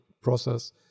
process